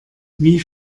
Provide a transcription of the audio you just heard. wie